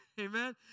Amen